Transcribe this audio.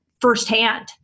firsthand